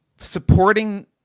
supporting